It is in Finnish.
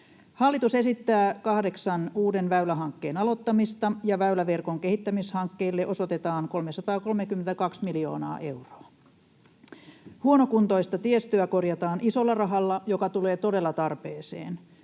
Hallitus esittää kahdeksan uuden väylähankkeen aloittamista, ja väyläverkon kehittämishankkeille osoitetaan 332 miljoonaa euroa. Huonokuntoista tiestöä korjataan isolla rahalla, joka tulee todella tarpeeseen.